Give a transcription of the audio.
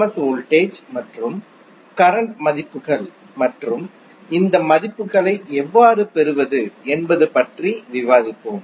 S voltage மற்றும் current மதிப்புகள் மற்றும் இந்த மதிப்புகளை எவ்வாறு பெறுவது என்பது பற்றி விவாதிப்போம்